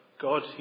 God